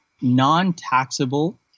non-taxable